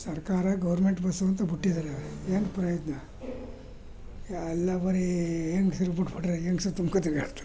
ಸರ್ಕಾರ government bus ಅಂತ ಬಿಟ್ಟಿದ್ದಾರೆ ಏನು ಪ್ರಯೋಜನ ಎಲ್ಲ ಬರೀ ಹೆಂಗಸ್ರು ಬಿಟ್ಬಿಟ್ರೆ ಹೆಂಗಸ್ರು ತುಂಬ್ಕೊ ತಿರುಗಾಡ್ತಾರೆ